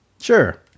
Sure